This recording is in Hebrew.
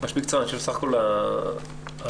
חושב שבסך הכול הנתונים